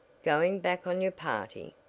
going back on your party?